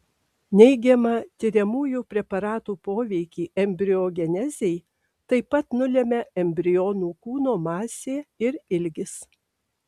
neigiamą tiriamųjų preparatų poveikį embriogenezei taip pat nulemia embrionų kūno masė ir ilgis